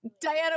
diana